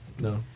No